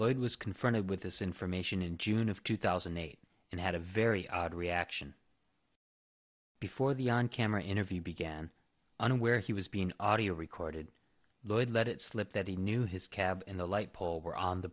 lloyd was confronted with this information in june of two thousand and eight and had a very odd reaction before the on camera interview began and where he was being audio recorded lloyd let it slip that he knew his cab and the light pole were on the